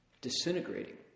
disintegrating